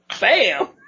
Bam